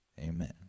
Amen